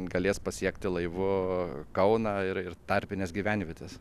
galės pasiekti laivu kauną ir ir tarpines gyvenvietes